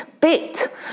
bit